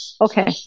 Okay